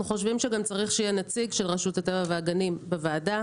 אנחנו חושבים שגם צריך שיהיה נציג של רשות הטבע והגנים בוועדה.